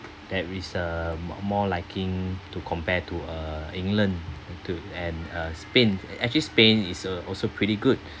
there is the more more liking to compared to uh england into and uh spain actually spain is uh also pretty good